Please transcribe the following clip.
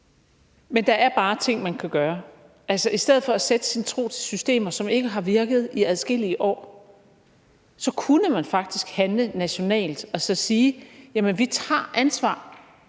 Men der er bare ting, man kan gøre. Altså, i stedet for at sætte sin lid til systemer, som ikke har virket i adskillige år, kunne man faktisk handle nationalt og så sige: Vi tager ansvar